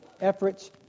efforts